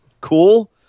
Cool